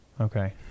Okay